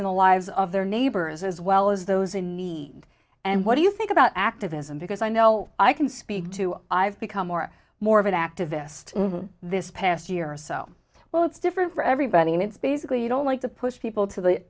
in the lives of their neighbors as well as those in need and what do you think about activism because i know i can speak to i've become more more of an activist this past year or so well it's different for everybody and it's basically you don't like to push people to the